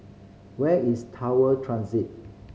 where is Tower Transit